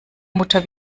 mutter